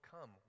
come